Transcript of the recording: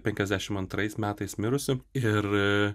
penkiasdešim antrais metais mirusi ir